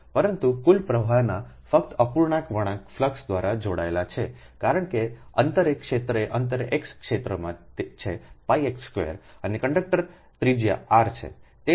પરંતુ કુલ પ્રવાહના ફક્ત અપૂર્ણાંક વળાંક ફ્લુક્સ દ્વારા જોડાયેલા છે કારણ કે અંતરે ક્ષેત્ર અંતરે x ક્ષેત્રમાં છેπx2અને કંડક્ટર ત્રિજ્યા r છે